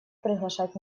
приглашать